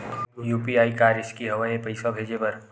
UPI का रिसकी हंव ए पईसा भेजे बर?